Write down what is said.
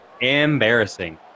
Embarrassing